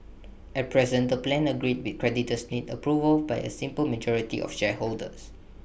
at present the plan agreed with creditors needs approval by A simple majority of shareholders